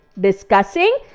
discussing